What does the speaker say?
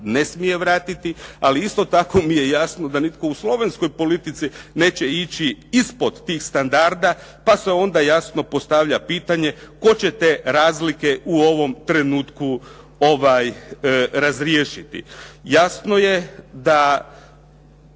ne smije vratiti, ali isto tako mi je jasno da nitko u slovenskoj politici neće ići ispod tih standarda pa se onda jasno postavlja pitanje tko će te razlike u ovom trenutku razriješiti? Jasno je da